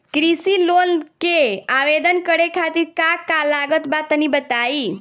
कृषि लोन के आवेदन करे खातिर का का लागत बा तनि बताई?